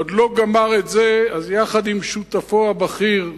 עוד לא גמר את זה, יחד עם שותפו הבכיר,